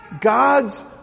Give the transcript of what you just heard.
God's